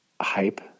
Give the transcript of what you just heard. hype